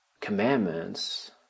commandments